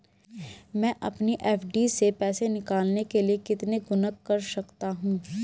मैं अपनी एफ.डी से पैसे निकालने के लिए कितने गुणक कर सकता हूँ?